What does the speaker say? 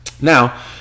Now